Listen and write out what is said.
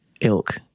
ilk